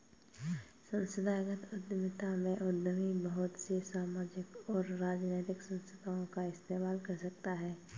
संस्थागत उद्यमिता में उद्यमी बहुत से सामाजिक और राजनैतिक संस्थाओं का इस्तेमाल कर सकता है